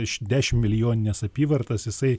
iš dešim milijonines apyvartas jisai